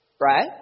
Right